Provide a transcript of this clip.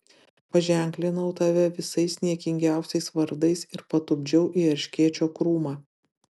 paženklinau tave visais niekingiausiais vardais ir patupdžiau į erškėčio krūmą